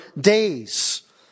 days